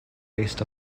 based